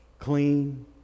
clean